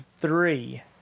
three